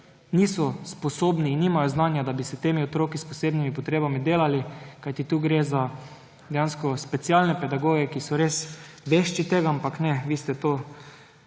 niso sposobni, nimajo znanja, da bi s temi otroki s posebnimi potrebami delali, kajti tukaj gre za specialne pedagoge, ki so res vešči tega. Ampak ne, vi ste to spregledali